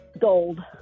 gold